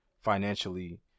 financially